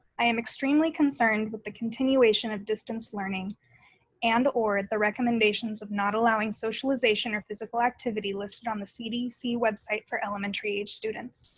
i am extremely concerned that but the continuation of distance learning and or the recommendations of not allowing socialization or physical activity listed on the cdc website for elementary aged students.